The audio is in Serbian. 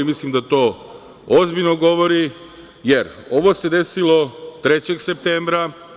Mislim da to ozbiljno govori, jer ovo se desilo 3. septembra.